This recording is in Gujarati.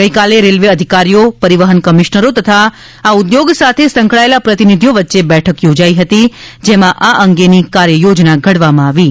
ગઇકાલે રેલ્વે અધિકારીઓ પરિવહન કમિશ્નરો તથા આ ઉદ્યોગ સાથે સંકળાયેલા પ્રતિનિધિઓ વચ્ચે બેઠક યોજાઇ હતી જેમાં આ અંગેની કાર્યયોજના ઘડવામાં આવી હતી